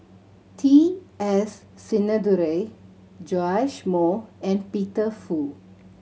T S Sinnathuray Joash Moo and Peter Fu